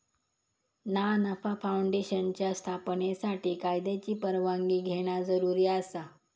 ना नफा फाऊंडेशनच्या स्थापनेसाठी कायद्याची परवानगी घेणा जरुरी आसा